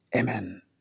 Amen